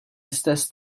istess